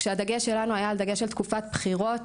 כשהדגש שלנו היה דגש של תקופת בחירות.